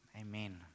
Amen